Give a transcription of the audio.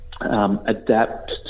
Adapt